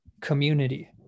community